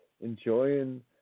enjoying